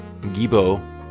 Gibo